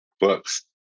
Books